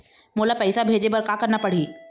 मोला पैसा भेजे बर का करना पड़ही?